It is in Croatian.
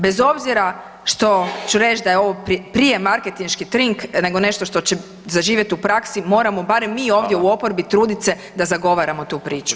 Bez obzira što ću reći da je ovo prije marketinški trik nego nešto što će zaživjet u praksi moramo barem mi ovdje u oporbi trudit se da zagovaramo tu priču.